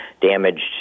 damaged